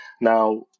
Now